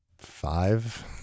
five